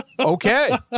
Okay